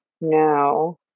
No